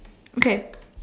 okay